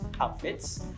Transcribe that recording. outfits